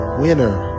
winner